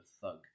thug